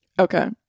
Okay